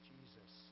Jesus